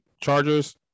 Chargers